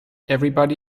everybody